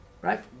right